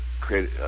create